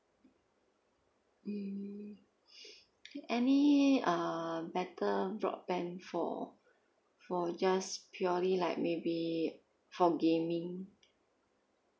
mm any uh better broadband for for just purely like maybe for gaming